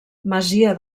masia